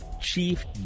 chief